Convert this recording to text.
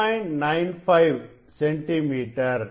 95 centimetre